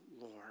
Lord